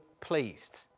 pleased